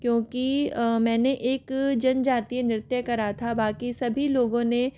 क्योंकि मैंने एक जनजातीय नृत्य करा था बाकि सभी लोगों ने